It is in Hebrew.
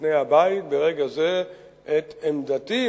בפני הבית ברגע זה את עמדתי,